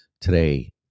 Today